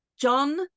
John